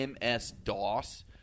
MS-DOS